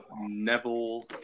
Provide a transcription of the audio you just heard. Neville